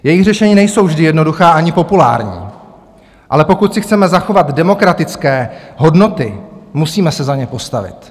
Jejich řešení nejsou vždy jednoduchá ani populární, ale pokud si chceme zachovat demokratické hodnoty, musíme se za ně postavit